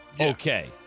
Okay